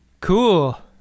cool